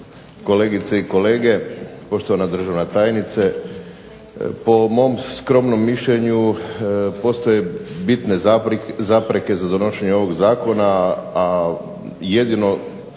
kolegice i kolege zastupnici, poštovana državna tajnice. Po mom skromnom mišljenju postoje bitne zapreke za donošenje ovog zakona, a jedino